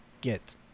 get